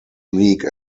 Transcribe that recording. league